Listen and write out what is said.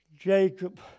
Jacob